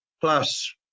plus